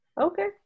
okay